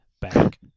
back